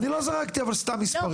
אבל אני לא זרקתי סתם מספרים.